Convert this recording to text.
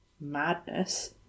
madness